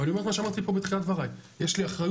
אני אומר את מה שאמרתי בתחילת דבריי יש לי אחריות